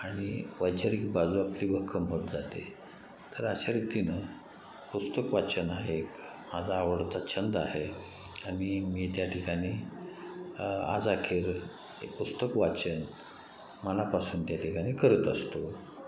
आणि वैचारिक बाजू आपली भक्कम होत जाते तर अशा रीतीनं पुस्तक वाचन हा एक माझा आवडता छंद आहे आणि मी त्या ठिकाणी आज अखेर पुस्तक वाचन मनापासून त्या ठिकाणी करत असतो